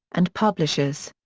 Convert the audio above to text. and publishers.